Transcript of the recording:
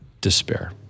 Despair